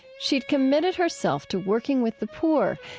she'd committed herself to working with the poor,